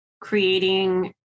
creating